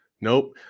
Nope